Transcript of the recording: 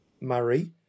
Murray